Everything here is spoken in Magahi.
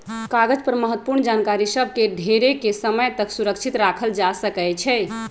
कागज पर महत्वपूर्ण जानकारि सभ के ढेरेके समय तक सुरक्षित राखल जा सकै छइ